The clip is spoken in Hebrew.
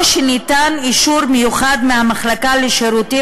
או שניתן אישור מיוחד מהמחלקה לשירותים